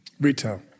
retail